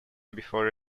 before